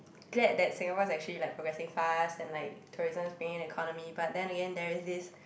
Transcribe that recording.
glad that Singapore is actually like progressing fast and like tourism is being in the economy but then again there is this